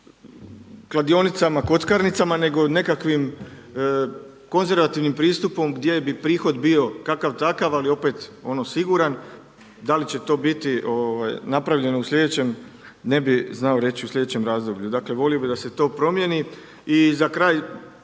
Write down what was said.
kladionicama, kockarnicama, nego nekakvim konzervativnim pristupom gdje bi prihod bio kakav-takav, ali opet ono siguran. Da li će to biti napravljeno u slijedećem ne bih znao reći, u slijedećem razdoblju. Dakle, volio bih da se to promijeni. I za kraj